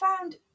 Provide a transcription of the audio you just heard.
found